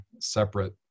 separate